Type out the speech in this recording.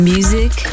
Music